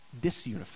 disunified